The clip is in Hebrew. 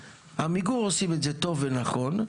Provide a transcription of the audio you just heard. עמיגור עושים את זה טוב ונכון,